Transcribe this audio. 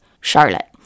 Charlotte